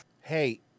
hey